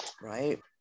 Right